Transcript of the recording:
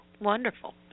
Wonderful